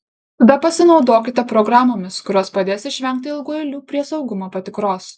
tada pasinaudokite programomis kurios padės išvengti ilgų eilių prie saugumo patikros